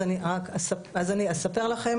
אז אני אספר לכם